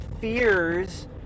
fears